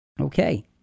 Okay